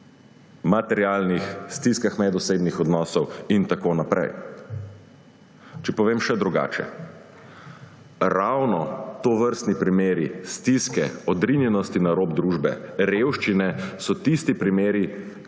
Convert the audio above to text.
materialnih, stiskah medosebnih odnosov in tako naprej. Če povem še drugače. Ravno tovrstni primeri stiske, odrinjenosti na rob družbe, revščine so tisti primeri,